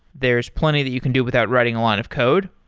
there's plenty that you can do without writing a lot of code,